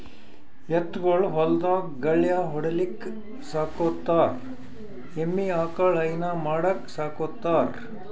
ಎತ್ತ್ ಗೊಳ್ ಹೊಲ್ದಾಗ್ ಗಳ್ಯಾ ಹೊಡಿಲಿಕ್ಕ್ ಸಾಕೋತಾರ್ ಎಮ್ಮಿ ಆಕಳ್ ಹೈನಾ ಮಾಡಕ್ಕ್ ಸಾಕೋತಾರ್